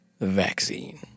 Vaccine